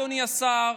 אדוני השר,